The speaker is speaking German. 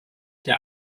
der